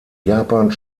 japan